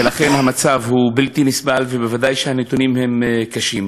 ולכן המצב הוא בלתי נסבל, וודאי שהנתונים הם קשים.